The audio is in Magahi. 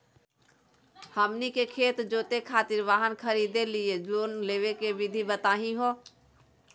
हमनी के खेत जोते खातीर वाहन खरीदे लिये लोन लेवे के विधि बताही हो?